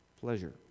pleasure